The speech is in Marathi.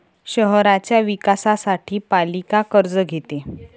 शहराच्या विकासासाठी पालिका कर्ज घेते